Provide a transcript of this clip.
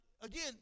again